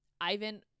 ivan